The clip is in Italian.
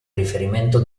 riferimento